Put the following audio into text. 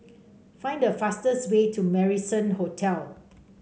find the fastest way to Marrison Hotel